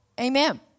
Amen